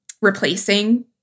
replacing